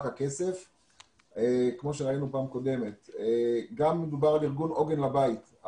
רק הכסף כמו שראינו בפעם הקודמת אלא מדובר גם על ארגון עוגן לבית.